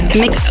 mix